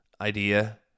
idea